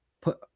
put